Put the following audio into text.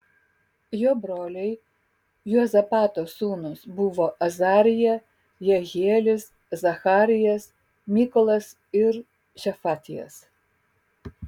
jo broliai juozapato sūnūs buvo azarija jehielis zacharijas mykolas ir šefatijas